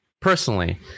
personally